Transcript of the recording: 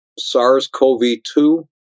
SARS-CoV-2